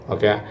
Okay